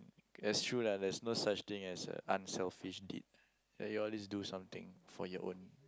that's true lah there's no such thing as a unselfish deed that you always do something for your own